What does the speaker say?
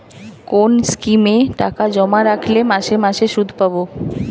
কোন স্কিমে টাকা জমা রাখলে মাসে মাসে সুদ পাব?